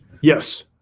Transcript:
Yes